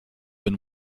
been